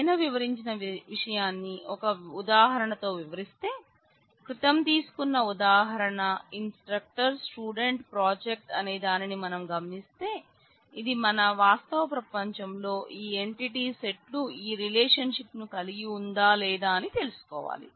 పైన వివరించిన విషయాన్ని ఒక ఉదాహరణ తో వివరిస్తే క్రితం తీసుకున్న ఉదాహరణ ఇన్స్ట్రక్టర్ స్టూడెంట్ ప్రాజెక్ట్ అనే దానిని గమనిస్తే ఇది మన వాస్తవ ప్రపంచంలో ఈ ఎంటిటీ సెట్ ను కలిగి ఉందా లేదా అని తెలుసుకోవాలి